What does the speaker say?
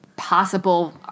possible